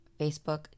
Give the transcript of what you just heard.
Facebook